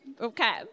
Okay